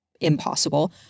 impossible